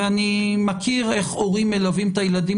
אני מכיר איך הורים מלווים את הילדים